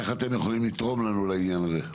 איך אתם יכולים לתרום לנו לעניין הזה?